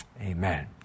Amen